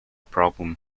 problem